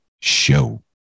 show